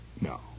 No